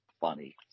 funny